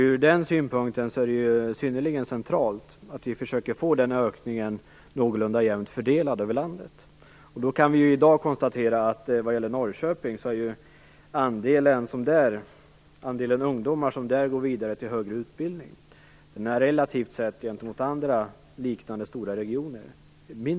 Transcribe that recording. Ur den synpunkten är det synnerligen centralt att vi försöker få den ökningen någorlunda jämnt fördelad över landet. Vi kan i dag vad gäller Norrköping konstatera att andelen ungdomar som går vidare till högre utbildning är relativt sett mindre jämfört med andra lika stora regioner.